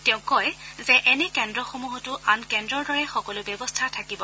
তেওঁ কয় যে এনে কেন্দ্ৰসমূহতো আন কেন্দ্ৰৰ দৰে সকলো ব্যৱস্থা থাকিব